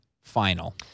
final